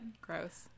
Gross